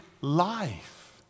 life